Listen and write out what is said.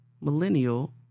millennial